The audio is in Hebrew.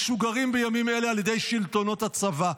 משוגרים בימים האלה על ידי שלטונות הצבא,